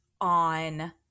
On